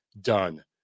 done